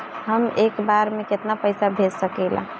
हम एक बार में केतना पैसा भेज सकिला?